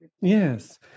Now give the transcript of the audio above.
Yes